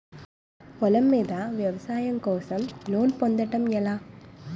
పొలం మీద వ్యవసాయం కోసం లోన్ పొందటం ఎలా?